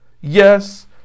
Yes